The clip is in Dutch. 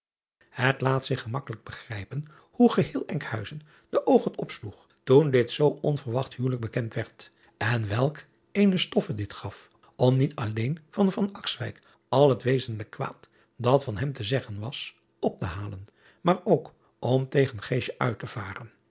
et laat zich gemakkelijk begrijpen hoe geheel nkhuizen de oogen opsloeg toen dit zoo onverwacht huwelijk bekend werd en welk eene stoffe dit gaf om niet alleen van al het wezenlijk kwaad dat van hem te zeggen was op te halen maar ook om tegen uit te varen